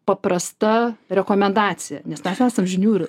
paprasta rekomendacija nes mes esam žinių